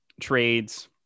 trades